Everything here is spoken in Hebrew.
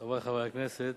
חברי חברי הכנסת,